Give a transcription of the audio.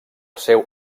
seu